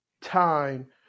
time